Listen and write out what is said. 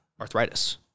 arthritis